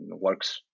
works